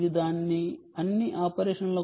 ఇది దాని అన్ని ఆపరేషన్ల కోసం 1